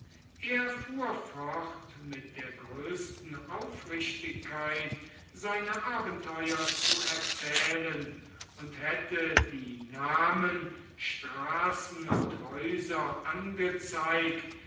er fuhr fort mit der größten aufrichtigkeit seine abenteuer zu erzählen und hätte die namen straßen und häuser angezeigt